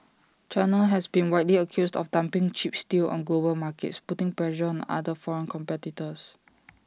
China has been widely accused of dumping cheap steel on global markets putting pressure on other foreign competitors